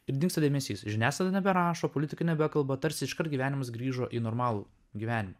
ir dingsta dėmesys žiniasklaida neberašo politikai nebekalba tarsi iškart gyvenimas grįžo į normalų gyvenimą